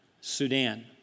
Sudan